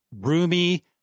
Roomy